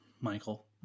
Michael